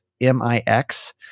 M-I-X